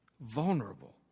vulnerable